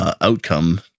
outcome